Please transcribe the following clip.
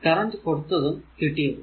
current കൊടുത്തതും കിട്ടിയതും